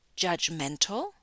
judgmental